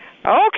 Okay